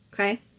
Okay